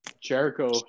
Jericho